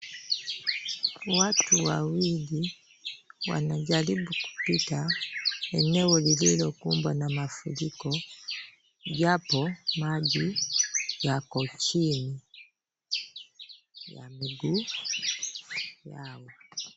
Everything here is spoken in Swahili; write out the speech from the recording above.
Watu wawili wanajaribu kupita eneo lililokumbwa na mafuriko ijapo maji yako chini ya miguu yao.